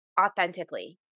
authentically